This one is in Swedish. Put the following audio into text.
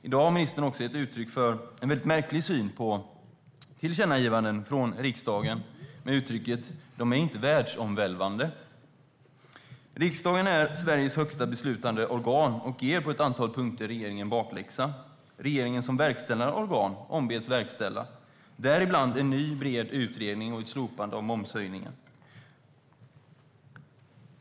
I dag har ministern också gett uttryck för en märklig syn på tillkännagivanden från riksdagen med uttrycket: De är inte världsomvälvande. Riksdagen är Sveriges högsta beslutande organ och ger på ett antal punkter regeringen bakläxa. Regeringen som verkställande organ ombeds verkställa bland annat en ny bred utredning och ett slopande av momshöjningen.